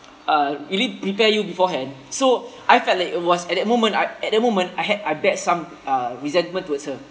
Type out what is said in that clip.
uh really prepare you beforehand so I felt like it was at that moment I at that moment I had I beared some uh resentment towards her